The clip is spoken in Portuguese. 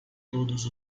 todos